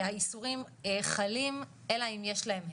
האיסורים חלים אלא אם יש להם היתר,